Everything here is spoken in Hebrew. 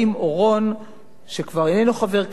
שכבר איננו חבר כנסת, את אורי אורבך